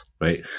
right